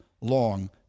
long